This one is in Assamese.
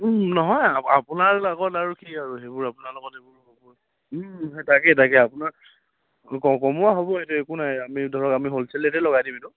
নহয় আপোনাৰ লগত আৰু কি আৰু সেইবোৰ আপোনাৰ লগত সেইবোৰ নহয় তাকেই তাকেই আপোনাক কওঁ কওঁ মই ভাবোঁ সেইটো একো নাই আমি ধৰক আমি হ'লছেল ৰেটেই লগাই দিম এইটো